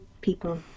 people